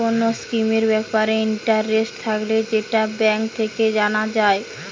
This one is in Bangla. কোন স্কিমের ব্যাপারে ইন্টারেস্ট থাকলে সেটা ব্যাঙ্ক থেকে জানা যায়